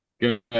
good